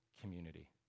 community